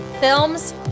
films